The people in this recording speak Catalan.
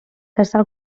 caçar